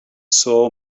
saw